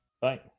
Bye